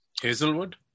Hazelwood